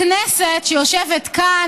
הכנסת שיושבת כאן,